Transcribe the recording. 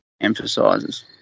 emphasizes